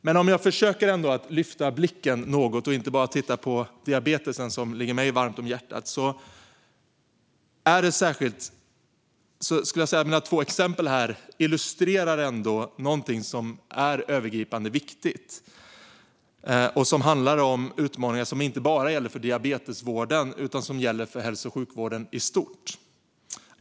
Men om jag försöker att lyfta blicken något och inte bara titta på diabetesen, som ligger mig varmt om hjärtat, illustrerar ändå mina två exempel här någonting som är övergripande viktigt och som handlar om utmaningar som gäller inte bara för diabetesvården utan för hälso och sjukvården i stort.